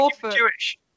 Jewish